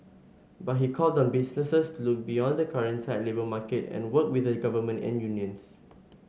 but he called on businesses to look beyond the current tight labour market and work with the government and unions